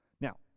Now